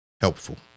helpful